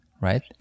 right